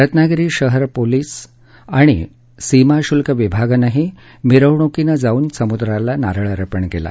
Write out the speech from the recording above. रत्नागिरी शहर पोलीस आणि सीमा शुल्क विभागानंही मिरवणुकीनं जाऊन समुद्राला नारळ अर्पण केला